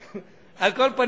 על כל פנים,